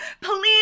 please